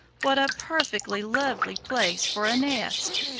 what a perfectly lovely place for a nest.